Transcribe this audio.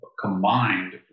combined